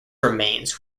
remains